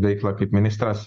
veiklą kaip ministras